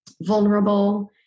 vulnerable